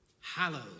Hallowed